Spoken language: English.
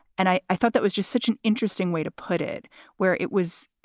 and i i thought that was just such an interesting way to put it where it was.